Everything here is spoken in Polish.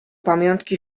pamiątki